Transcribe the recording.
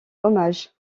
hommage